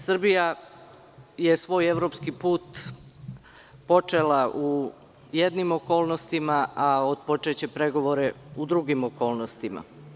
Srbija je svoj evropski put počela u jednim okolnostima, a otpočeće pregovore u drugim okolnostima.